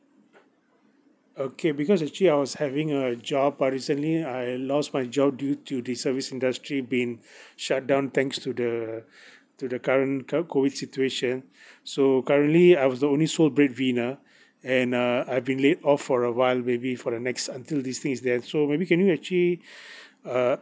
okay because actually I was having a job but recently I lost my job due to the service industry being shut down thanks to the to the current cov~ COVID situation so currently I was the only sole breadwinner and uh I've been laid off for a while maybe for the next until this thing is there so maybe can you actually uh